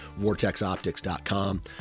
VortexOptics.com